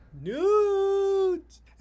Nudes